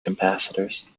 capacitors